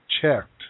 checked